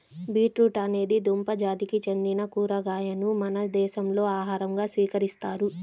beetroot అనేది దుంప జాతికి చెందిన కూరగాయను మన దేశంలో ఆహారంగా స్వీకరిస్తారు